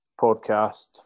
podcast